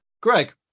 Greg